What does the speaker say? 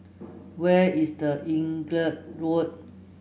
where is The Inglewood